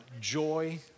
joy